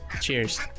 Cheers